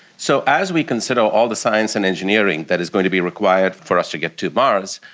so as we consider all the science and engineering that is going to be required for us to get to mars,